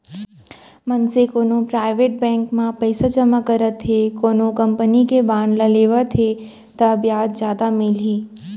मनसे कोनो private bank म पइसा जमा करत हे कोनो कंपनी के बांड ल लेवत हे ता बियाज जादा मिलही